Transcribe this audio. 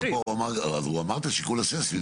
הוא אמר את השיקול הססמי.